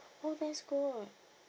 oh that's good